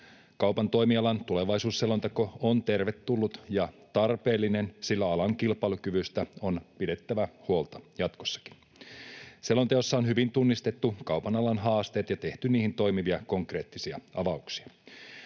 Kaupan toimialan tulevaisuusselonteko on tervetullut ja tarpeellinen, sillä alan kilpailukyvystä on pidettävä huolta jatkossakin. Selonteossa on hyvin tunnistettu kaupan alan haasteet ja tehty niihin toimivia konkreettisia avauksia.